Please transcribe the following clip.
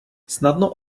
snadno